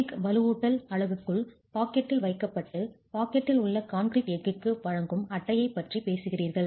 எஃகு வலுவூட்டல் அலகுக்குள் பாக்கெட்டில் வைக்கப்பட்டு பாக்கெட்டில் உள்ள கான்கிரீட் எஃகுக்கு வழங்கும் அட்டையைப் பற்றி பேசுகிறீர்கள்